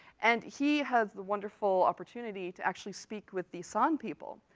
and he had the wonderful opportunity to actually speak with the san people,